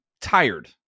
tired